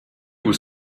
was